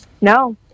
No